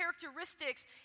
characteristics